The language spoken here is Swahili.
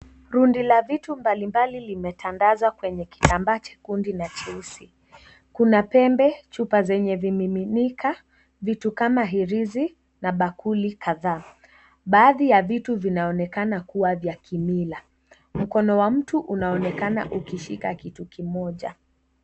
Rundo la vitu mbalimbali limetandazwa kwenye kitambaa cha chekundu na cheusi. Kuna pembe, chupa zenye vimiminika, vitu kama hirizi na bakuli kadhaa. Baadhi ya vitu vinaonekana kuwa vya kimila. Mkono wa mtu unaonekana ukishika kitu kimoja.